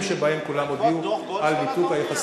שבהם כולם הודיעו על ניתוק היחסים.